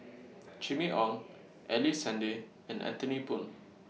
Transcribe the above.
Jimmy Ong Ellice Handy and Anthony Poon